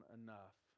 enough